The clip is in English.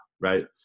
Right